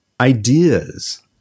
ideas